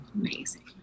Amazing